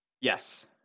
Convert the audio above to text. Yes